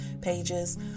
pages